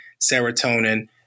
serotonin